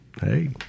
hey